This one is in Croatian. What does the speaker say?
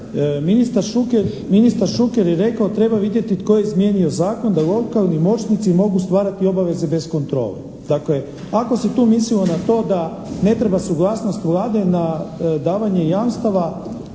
Ministar Šuker je rekao tko je izmijenio zakon da lokalni moćnici mogu stvarati obaveze bez kontrole. Dakle ako se tu mislilo na to da ne treba suglasnost Vlade na davanje jamstava